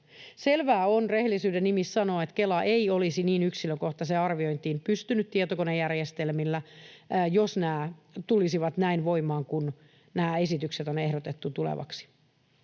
Selvää on rehellisyyden nimissä sanoa, että Kela ei olisi niin yksilökohtaiseen arviointiin pystynyt tietokonejärjestelmillä, jos nämä esitykset tulevat voimaan näin kuin on ehdotettu tulevaksi.